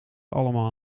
allemaal